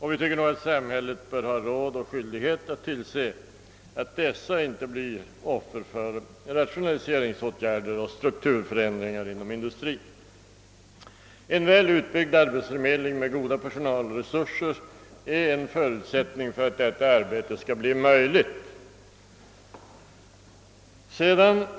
Vi tycker då att samhället bör ha råd och skyldighet att tillse att dessa inte blir offer för rationaliseringsåtgärder och strukturförändringar inom industrin. En väl utbyggd arbetsförmedling med goda personalresurser är en förutsättning för att detta arbete skall bli möjligt.